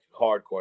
hardcore